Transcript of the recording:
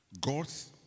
God's